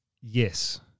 yes